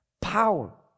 power